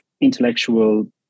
intellectual